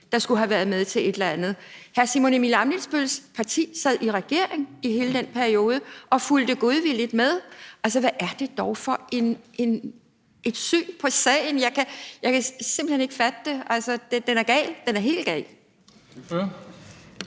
der skulle have været med til et eller andet. Hr. Simon Emil Ammitzbøll-Billes parti sad i regering i hele den periode og fulgte godvilligt med. Altså, hvad er det dog for et syn på sagen? Jeg kan simpelt hen ikke fatte det. Altså, den er gal; den er helt gal.